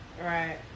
Right